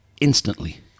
instantly